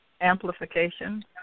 amplification